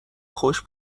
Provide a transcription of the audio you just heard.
خوش